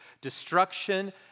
destruction